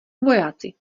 vojáci